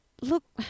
look